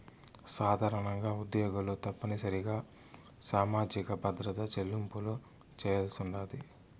సాధారణంగా ఉద్యోగులు తప్పనిసరిగా సామాజిక భద్రత చెల్లింపులు చేయాల్సుండాది